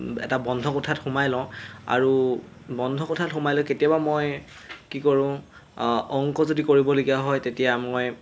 এটা বন্ধ কোঠাত সোমাই লওঁ আৰু বন্ধ কোঠাত সোমাই লৈ কেতিয়াবা মই কি কৰোঁ অংক যদি কৰিবলগীয়া হয় তেতিয়া মই